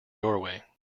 doorway